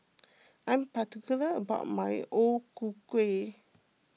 I'm particular about my O Ku Kueh